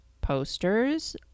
posters